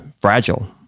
fragile